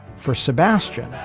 for sebastian.